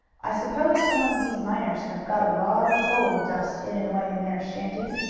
i suppose some of these miners have got a lot of gold-dust hidden away in their shanties,